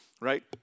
Right